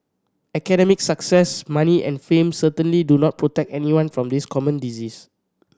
academic success money and fame certainly do not protect anyone from this common disease